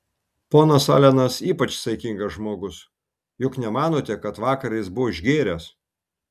ponas alenas ypač saikingas žmogus juk nemanote kad vakar jis buvo išgėręs